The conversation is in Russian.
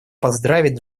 поздравить